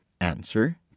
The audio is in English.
Answer